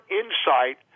insight